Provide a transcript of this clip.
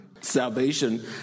Salvation